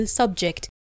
subject